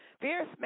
Fierce